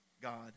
God